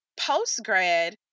post-grad